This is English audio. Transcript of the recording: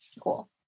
Cool